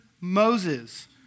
Moses